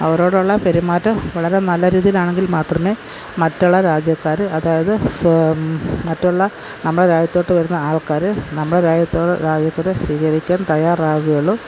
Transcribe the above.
അവരോടുള്ള പെരുമാറ്റം വളരെ നല്ല രീതിയില് ആണങ്കില് മാത്രമേ മറ്റുള്ള രാജ്യക്കാർ അതായത് മറ്റുള്ള നമ്മുടെ രാജ്യത്തോട്ട് വരുന്ന ആള്ക്കാർ നമ്മുടെ രാജ്യത്തിനെ സ്വീകരിക്കാന് തയ്യാറാവുകയുളളൂ